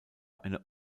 eine